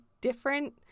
different